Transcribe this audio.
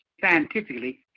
scientifically